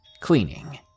Cleaning